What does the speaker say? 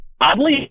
Oddly